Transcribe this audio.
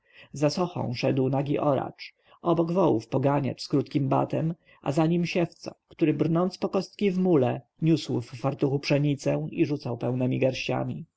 za sochą szedł nagi oracz obok wołów poganiacz z krótkim batem a za nim siewca który brnąc po kostki w mule niósł w fartuchu pszenicę i rzucał ją pełnemi garściami